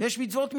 יש מצוות מדרבנן.